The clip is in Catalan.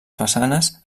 façanes